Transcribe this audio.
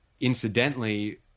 incidentally